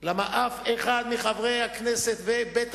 על מנת לעזור לביטוח הלאומי ועל מנת